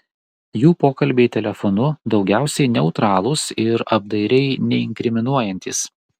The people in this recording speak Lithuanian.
jų pokalbiai telefonu daugiausiai neutralūs ir apdairiai neinkriminuojantys